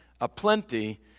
aplenty